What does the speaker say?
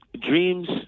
dreams